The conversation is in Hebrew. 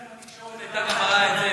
הייתי שמח אם התקשורת הייתה גם מראה את זה,